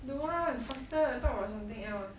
don't want faster talk about something else